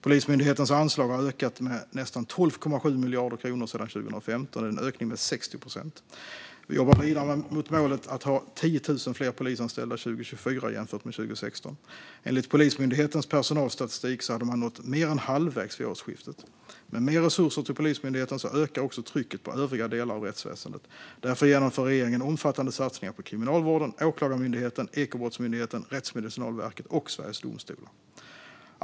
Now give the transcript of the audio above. Polismyndighetens anslag har ökat med nästan 12,7 miljarder kronor sedan 2015, en ökning med 60 procent. Vi jobbar vidare mot målet att ha 10 000 fler polisanställda 2024 jämfört med 2016. Enligt Polismyndighetens personalstatistik hade man nått mer än halvvägs vid årsskiftet. Med mer resurser till Polismyndigheten ökar också trycket på övriga delar av rättsväsendet. Därför genomför regeringen omfattande satsningar på Kriminalvården, Åklagarmyndigheten, Ekobrottsmyndigheten, Rättsmedicinalverket och Sveriges Domstolar.